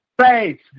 face